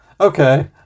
Okay